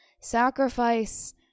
Sacrifice